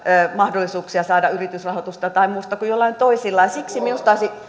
mahdollisuuksia saada yritysrahoitusta tai muuta kuin jollain toisilla ja siksi minusta olisi